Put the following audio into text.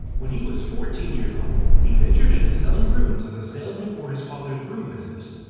when he was fourteen years old, he ventured into selling brooms as a salesman for his father's broom business.